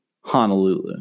Honolulu